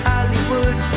Hollywood